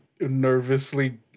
nervously